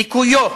דיכויו,